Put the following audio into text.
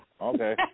Okay